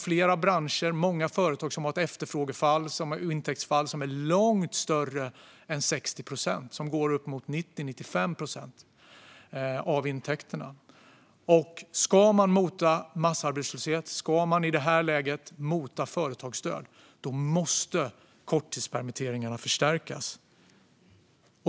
Flera branscher och många företag har nu ett efterfrågefall och ett intäktsfall som är långt större än 60 procent - uppemot 90-95 procent - av intäkterna. Ska man i det här läget mota massarbetslöshet och företagsdöd måste korttidspermitteringarna förstärkas.